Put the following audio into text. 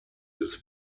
des